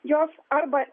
jos arba